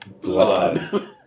Blood